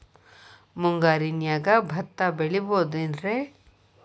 ಮುಂಗಾರಿನ್ಯಾಗ ಭತ್ತ ಬೆಳಿಬೊದೇನ್ರೇ?